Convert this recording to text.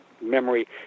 memory